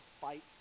fight